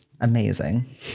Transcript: Amazing